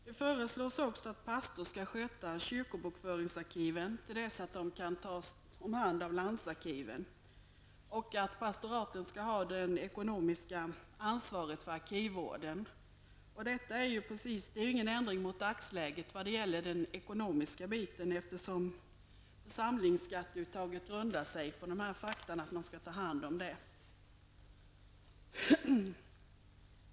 Det föreslås också att pastorer skall sköta kyrkobokföringsarkiven till dess att de kan tas om hand av landsarkiven. Dessutom föreslås att pastoraten skall ha det ekonomiska ansvaret för arkivvården. Det är ingen ändring av dagsläget vad gäller den ekonomiska delen, eftersom församlingsskatteuttaget grundar sig på det faktum att man skall ta hand om detta.